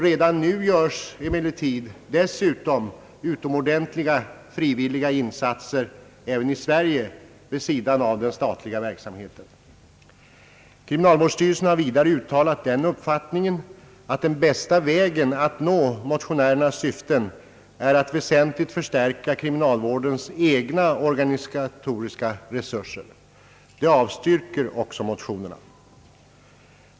Vidare framhålles att utomordentliga frivilliga insatser redan nu görs även i Sverige vid sidan av den statliga verksamheten. Kriminalvårdsstyrelsen har vidare uttalat den uppfattningen, att den bästa vägen att nå motionärernas syften är att väsentligt förstärka kriminalvårdens egna organisatoriska resurser. Den avstyrker också motionerna.